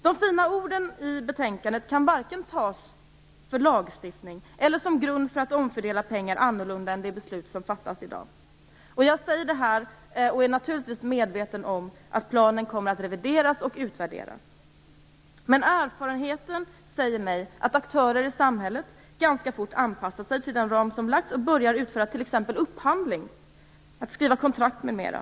De fina orden i betänkandet kan varken användas till lagstiftning eller som grund för att fördela pengar annorlunda än enligt det beslut som fattas i dag. Jag är naturligtvis medveten om att planen skall revideras och utvärderas. Men erfarenheten säger mig att aktörer i samhället ganska fort anpassar sig till den ram som fastlagts och börjar utföra t.ex. upphandling, skriva kontrakt m.m.